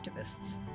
activists